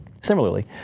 Similarly